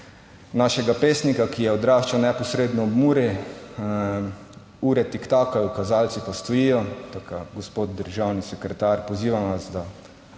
našega pesnika, ki je odraščal neposredno ob Muri: Ure tiktakajo, kazalci pa stojijo. Tako da gospod državni sekretar, pozivam vas, da